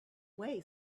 way